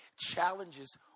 Challenges